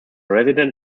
resident